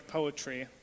Poetry